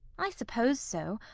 i suppose so.